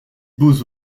beaux